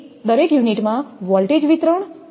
દરેક યુનિટ માં વોલ્ટેજ વિતરણ b